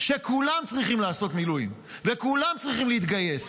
שכולם צריכים לעשות מילואים וכולם צריכים להתגייס,